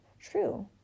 True